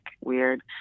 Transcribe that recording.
weird